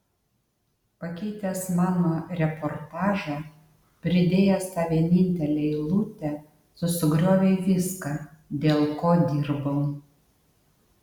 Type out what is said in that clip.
pakeitęs mano reportažą pridėjęs tą vienintelę eilutę tu sugriovei viską dėl ko dirbau